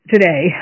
today